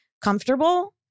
comfortable